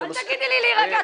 אל תגידי לי להירגע.